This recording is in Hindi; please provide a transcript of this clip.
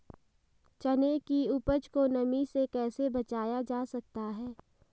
चने की उपज को नमी से कैसे बचाया जा सकता है?